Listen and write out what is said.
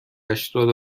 هشتاد